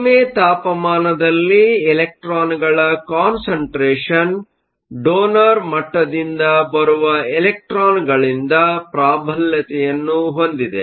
ಕಡಿಮೆ ತಾಪಮಾನದಲ್ಲಿ ಎಲೆಕ್ಟ್ರಾನ್ಗಳ ಕಾನ್ಸಟ್ರೇಷನ್ ಡೋನರ್ ಮಟ್ಟದಿಂದ ಬರುವ ಎಲೆಕ್ಟ್ರಾನ್ಗಳಿಂದ ಪ್ರಾಬಲ್ಯತೆಯನ್ನು ಹೊಂದಿದೆ